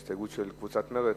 הסתייגות של קבוצת מרצ.